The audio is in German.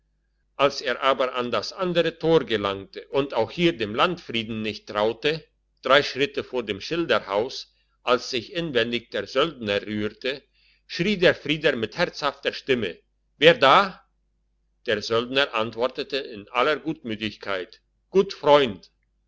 als er aber an das andere tor gelangte und auch hier dem landfrieden nicht traute drei schritte von dem schilderhaus als sich inwendig der söldner rührte schrie der frieder mit herzhafter stimme wer da der söldner antwortete in aller gutmütigkeit gut freund